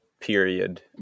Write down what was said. period